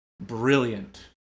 Brilliant